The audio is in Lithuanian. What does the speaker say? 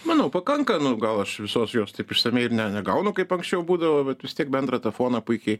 manau pakanka nu gal aš visos jos taip išsamiai ir ne negaunu kaip anksčiau būdavo bet vis tiek bendrą tą foną puikiai